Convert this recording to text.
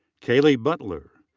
kaley butler.